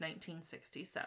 1967